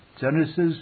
Genesis